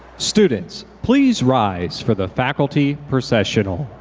students, please rise for the faculty processional.